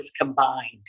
combined